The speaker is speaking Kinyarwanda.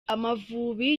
amavubi